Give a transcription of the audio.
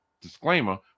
disclaimer